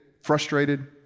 frustrated